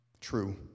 True